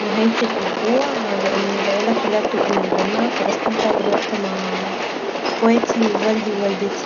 نهايه الاسبوع لان العيله كلها بتبقي متجمعه بستمتع بالوقت مع اخواتي و والدي و والدتي